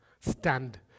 stand